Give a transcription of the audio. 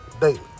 daily